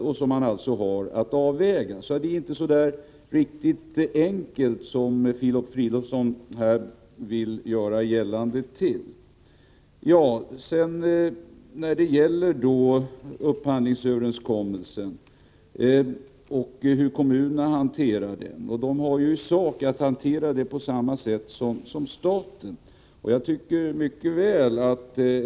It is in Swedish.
Det är alltså inte riktigt så enkelt som Filip Fridolfsson vill göra gällande. När det gäller upphandlingsöverenskommelsen skall kommunerna i sak hantera den på samma sätt som staten gör.